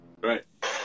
right